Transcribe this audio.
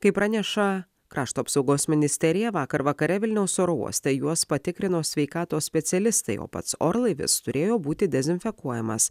kaip praneša krašto apsaugos ministerija vakar vakare vilniaus oro uoste juos patikrino sveikatos specialistai o pats orlaivis turėjo būti dezinfekuojamas